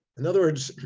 in other words,